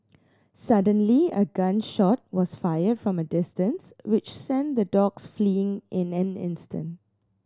suddenly a gun shot was fired from a distance which sent the dogs fleeing in an instant